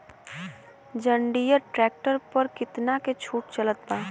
जंडियर tractor पर कितना के छूट चलत बा?